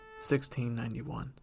1691